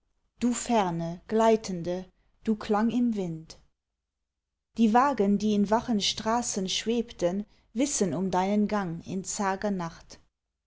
du ferne gleitende du klang im wind die wagen die in wachen straßen schwebten wissen um deinen gang in zager nacht